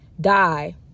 die